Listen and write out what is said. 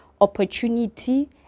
opportunity